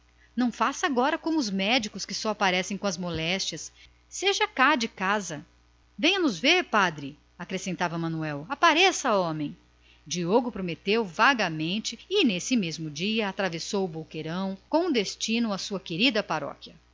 não faça agora como os médicos que só aparecem com as moléstias seja cá de casa venha de vez em quando padre acrescentou manuel apareça diogo prometeu vagamente e nesse mesmo dia atravessou o boqueirão em demanda da sua